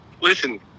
listen